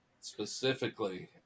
specifically